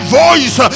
voice